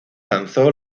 lanzó